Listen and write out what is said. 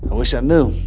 wish i knew.